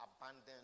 abandoned